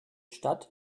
stadt